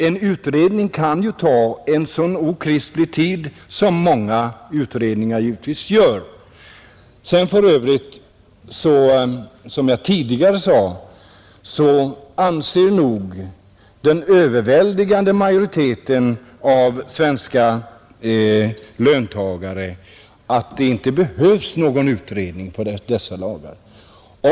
En utredning kan ju ta okristligt lång tid i anspråk, vilket många utredningar också gör. För övrigt anser nog, som jag tidigare sade, den överväldigande majoriteten av svenska löntagare att det inte behövs någon utredning om dessa lagar.